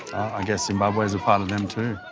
i guess zimbabwe is a part of them, too.